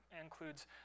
includes